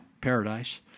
Paradise